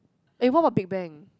eh what about Big-Bang